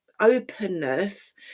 openness